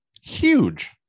Huge